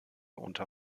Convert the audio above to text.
unter